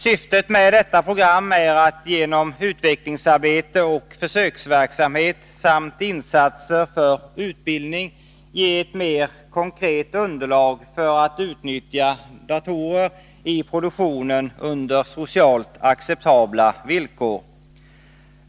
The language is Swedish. Syftet med detta program är att genom utvecklingsarbete och försöksverksamhet samt insatser för utbildning ge ett mer konkret underlag för att utnyttja datorer i produktionen under socialt acceptabla villkor.